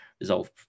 resolve